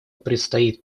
предстоит